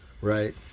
Right